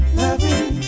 loving